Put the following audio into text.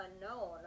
unknown